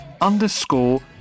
underscore